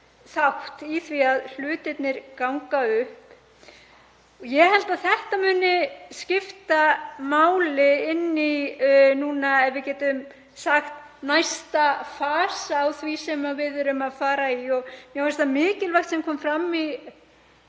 þátt í því að hlutirnir gangi upp. Ég held að þetta muni skipta máli núna inn í, ef við getum sagt næsta fasa sem við erum að fara í. Mér fannst það mikilvægt sem kom fram í